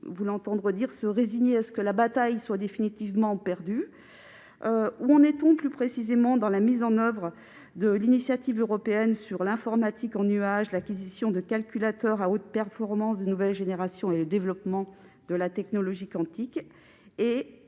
vous l'entendre dire, se résigner à ce que la bataille soit définitivement perdue ? Plus précisément, où en est la mise en oeuvre de l'initiative européenne sur l'informatique en nuage, l'acquisition de calculateurs à haute performance de nouvelle génération et le développement de la technologie quantique ?